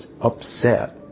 upset